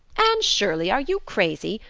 anne shirley are you crazy?